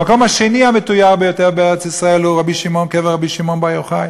המקום השני המתויר ביותר בארץ-ישראל הוא קבר רבי שמעון בר יוחאי.